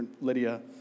Lydia